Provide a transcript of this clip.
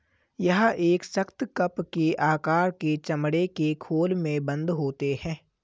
यह एक सख्त, कप के आकार के चमड़े के खोल में बन्द होते हैं